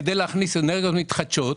כדי להכניס אנרגיות מתחדשות,